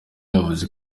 yavuze